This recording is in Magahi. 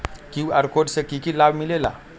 कियु.आर कोड से कि कि लाव मिलेला?